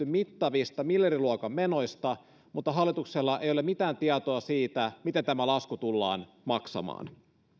mittavista miljardiluokan menoista mutta hallituksella ei ole mitään tietoa siitä miten tämä lasku tullaan maksamaan